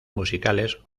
musicales